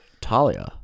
Talia